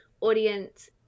audience